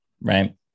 right